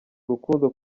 urukundo